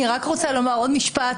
אני רק רוצה לומר עוד משפט.